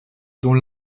dont